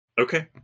okay